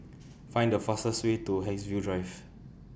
Find The fastest Way to Haigsville Drive